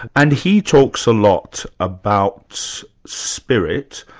and he talks a lot about spirit,